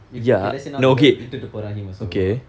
if ok let's say now girl விட்டுட்டு போறான்:vituttu poraan also